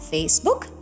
Facebook